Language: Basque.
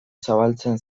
zabaltzen